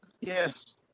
yes